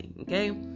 Okay